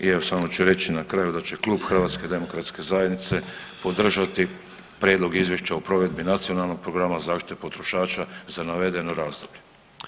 I evo, samo ću reći na kraju, da će Klub HDZ-a podržati prijedlog Izvješća o provedbi Nacionalnog programa zaštite potrošača za navedeno razdoblje.